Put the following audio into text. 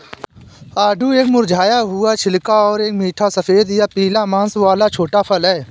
आड़ू एक मुरझाया हुआ छिलका और एक मीठा सफेद या पीला मांस वाला छोटा फल है